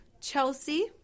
Chelsea